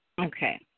okay